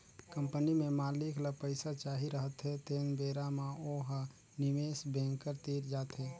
company में मालिक ल पइसा चाही रहथें तेन बेरा म ओ ह निवेस बेंकर तीर जाथे